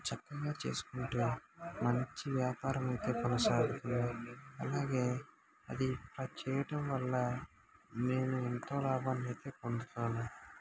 చక్కగా చేసుకుంటే మంచి వ్యాపారం అయితే కొనసాగుతుంది అలాగే అది అది చేయటం వల్ల నేను ఎంతో లాభాన్ని అయితే పొందుతాను